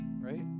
right